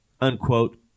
unquote